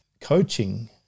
coaching